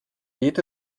geht